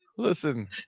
Listen